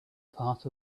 part